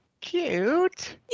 Cute